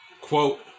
quote